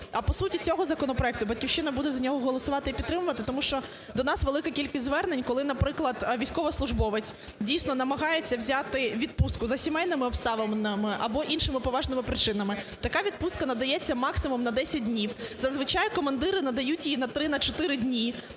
А по суті цього законопроекту, "Батьківщина" буде за нього голосувати і підтримувати, тому що до нас велика кількість звернень, коли, наприклад, військовослужбовець, дійсно, намагається взяти відпустку за сімейними обставинами або іншими поважними причинами, така відпустка надається максимум на 10 днів, зазвичай командири надають її на 3, на